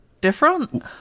different